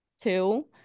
two